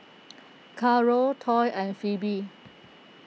Caro Toy and Phebe